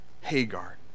Hagar